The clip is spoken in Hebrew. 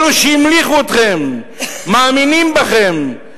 אלה שהמליכו אתכם, מאמינים בכם,